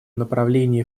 направлении